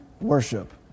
worship